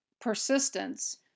persistence